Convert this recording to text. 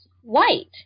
white